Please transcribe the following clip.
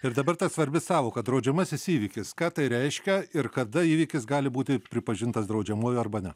ir dabar ta svarbi sąvoka draudžiamasis įvykis ką tai reiškia ir kada įvykis gali būti pripažintas draudžiamuoju arba ne